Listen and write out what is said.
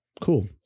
Cool